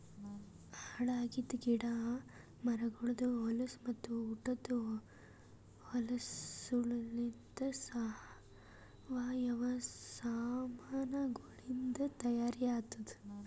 ಹಾಳ್ ಆಗಿದ್ ಗಿಡ ಮರಗೊಳ್ದು ಹೊಲಸು ಮತ್ತ ಉಟದ್ ಹೊಲಸುಲಿಂತ್ ಸಾವಯವ ಸಾಮಾನಗೊಳಿಂದ್ ತೈಯಾರ್ ಆತ್ತುದ್